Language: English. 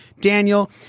Daniel